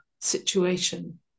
situation